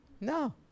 No